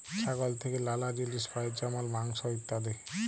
ছাগল থেক্যে লালা জিলিস পাই যেমল মাংস, ইত্যাদি